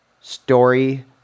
story